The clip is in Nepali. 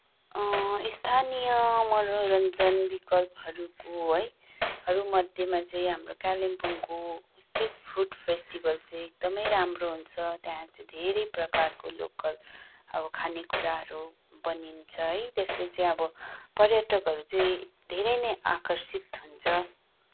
स्थानीय मनोरञ्जन विकल्पहरूको है हरूमध्येमा चाहिँ हाम्रो कालिम्पोङ्गको स्ट्रिट फुड फेस्टिभल चाहिँ एकदमै राम्रो हुन्छ त्यहाँ चाहिँ धेरै प्रकारका लोकल अब खानेकुराहरू बनिन्छ है त्यसले चाहिँ अब पर्यटकहरू चाहिँ धेरै नै आकर्षित हुन्छ